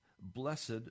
Blessed